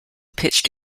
pitched